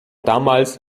damals